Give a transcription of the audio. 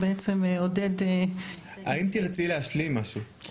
אנחנו בעיקר מוטרדים מאיכות השירותים שניתנים